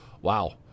Wow